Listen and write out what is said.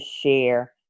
share